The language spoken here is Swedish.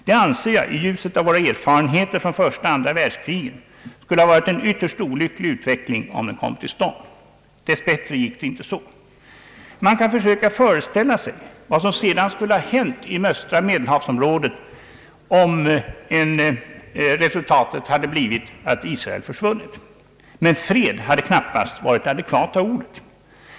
Jag anser — i ljuset av våra erfarenheter från första och andra världskrigen — att det skulle ha varit en ytterst olycklig utveckling. Dess bättre gick det inte så. Man kan försöka föreställa sig vad som sedan skulle ha hänt i östra Medelhavsområdet om resultatet hade blivit att Israel försvunnit. Fred hade knappast varit det adekvata ordet.